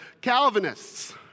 Calvinists